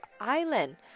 Island